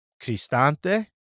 Cristante